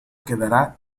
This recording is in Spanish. quedará